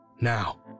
Now